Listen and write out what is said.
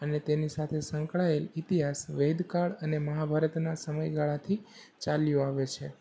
અને તેની સાથે સંકળાયેલ ઇતિહાસ વેદકાળ અને મહાભારતના સમય ગાળાથી ચાલ્યું આવે છે